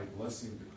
blessing